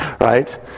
right